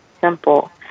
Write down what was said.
simple